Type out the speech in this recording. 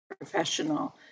professional